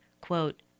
quote